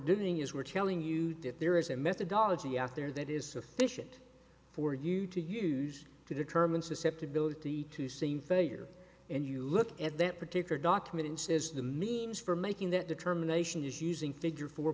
doing is we're telling you that there is a methodology out there that is sufficient for you to use to determine susceptibility to same failure and you look at that particular document and says the means for making that determination is using figure four